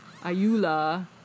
Ayula